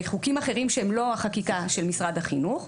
בחוקים אחרים שהם לא החקיקה של משרד החינוך,